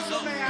לא שומע,